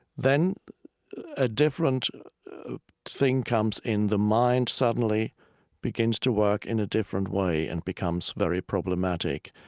then a different thing comes in. the mind suddenly begins to work in a different way and becomes very problematic.